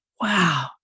wow